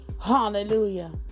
Hallelujah